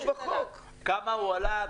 כמה הוא עלה,